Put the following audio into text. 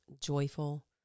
joyful